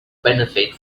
benefit